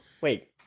Wait